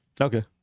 Okay